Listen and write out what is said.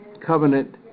covenant